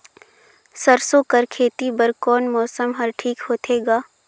सरसो कर खेती बर कोन मौसम हर ठीक होथे ग?